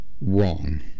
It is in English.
wrong